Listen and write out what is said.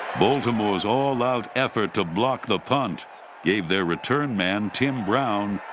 baltimore's all-out effort to block the punt gave their return man, tim brown,